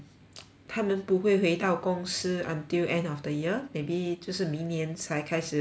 他们不会回到公司 until end of the year maybe 就是明年才开始回去